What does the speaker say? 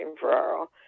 Ferraro